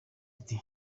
ati